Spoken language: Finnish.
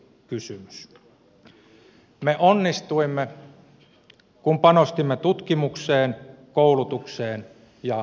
me onnistuimme kun panostimme tutkimukseen koulutukseen ja osaamiseen